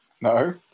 No